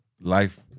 Life